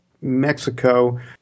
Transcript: Mexico